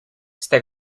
ste